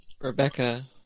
Rebecca